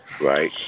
Right